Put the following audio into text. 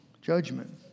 judgment